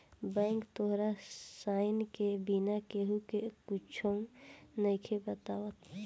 bank तोहार sign के बिना केहु के कुच्छो नइखे बतावत